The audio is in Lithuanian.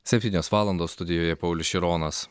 septynios valandos studijoje paulius šironas